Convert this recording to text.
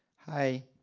hi.